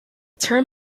term